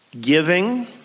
Giving